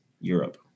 Europe